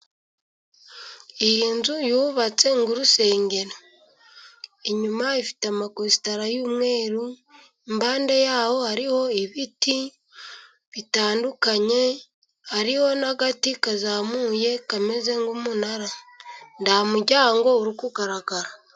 Iyi nzu yubatse nk'urusengero. Inyuma ifite amakositara y'umweru，impande yaho hariho ibiti bitandukanye， hariho n'agati kazamuye kameze nk'umunara，nta muryango uri kugaragara.